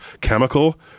chemical